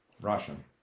Russian